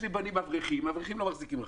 יש לי בנים אברכים, אברכים לא מחזיקים רכבים.